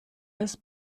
als